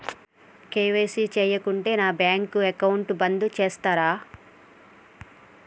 KYC చేయకుంటే నా bank account బంద్ చేస్తరా?